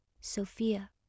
Sophia